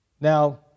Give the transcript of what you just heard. Now